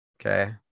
Okay